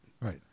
Right